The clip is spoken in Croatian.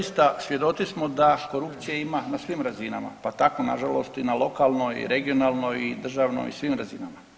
Doista svjedoci samo da korupcije ima na svim razinama, pa tako nažalost i na lokalnoj i regionalnoj i državnoj i svim razinama.